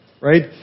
Right